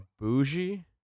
bougie